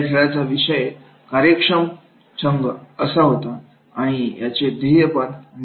या खेळाचा विषय कार्यक्षम संघअसा होता आणि यासाठी ध्येय निश्चित होते